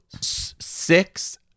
six